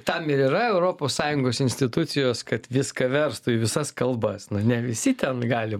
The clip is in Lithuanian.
tam yra europos sąjungos institucijos kad viską verstų į visas kalbas na ne visi ten gali